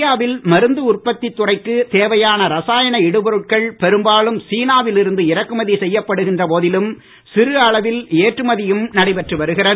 இந்தியாவில் மருந்து உற்பத்தி துறைக்கு தேவையான ரசாயன இடுபொருட்கள் பெரும்பாலும் சீனாவில் இருந்து இறக்குமதி செய்யப்படுகின்ற போதிலும் சிறு அளவில் ஏற்றுமதியும் நடைபெற்று வருகிறது